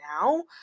now